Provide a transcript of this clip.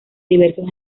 diversos